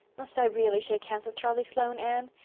must i really shake hands with charlie sloane, anne?